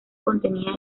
contenía